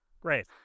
Great